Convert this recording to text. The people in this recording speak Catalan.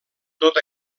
tot